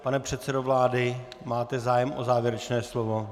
Pane předsedo vlády, máte zájem o závěrečné slovo?